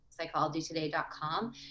psychologytoday.com